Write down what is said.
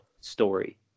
story